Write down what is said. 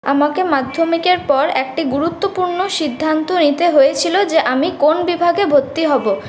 আমাকে মাধ্যমিকের পর একটি গুরুত্বপূর্ণ সিদ্ধান্ত নিতে হয়েছিল যে আমি কোন বিভাগে ভর্তি হব